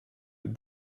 with